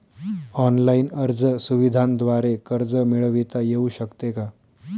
Online अर्ज सुविधांद्वारे कर्ज मिळविता येऊ शकते का?